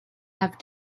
have